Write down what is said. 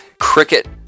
Cricket